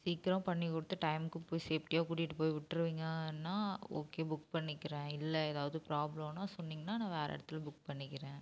சீக்கிரம் பண்ணி கொடுத்து டைமுக்கு போய் சேஃப்டியாக கூட்டிகிட்டு போய் விட்டுருவீங்கன்னா ஓகே புக் பண்ணிக்கிறேன் இல்லை ஏதாவது பிராப்ளம்னால் சொன்னிங்கன்னால் நான் வேறு இடத்துல புக் பண்ணிக்கிறேன்